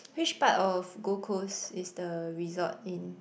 which part of Gold Coast is the resort in